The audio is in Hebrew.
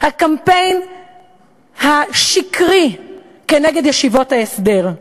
הקמפיין השקרי נגד ישיבות ההסדר,